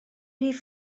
rhif